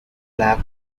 lack